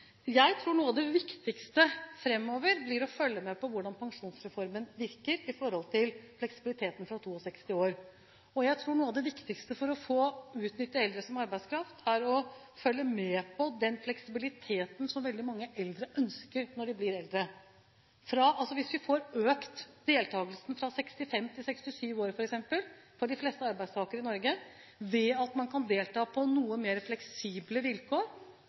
Jeg tror noe av det viktigste framover blir å følge med på hvordan pensjonsreformen virker i forhold til fleksibiliteten fra 62 år. Jeg tror noe av det viktigste for å få utnyttet eldre som arbeidskraft, er å følge med på den fleksibiliteten som veldig mange ønsker når de blir eldre. Det å få økt deltakelsen fra 65 til 67 år for de fleste arbeidstakere i Norge, ved at man kan delta på noe mer fleksible vilkår,